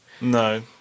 No